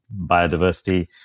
biodiversity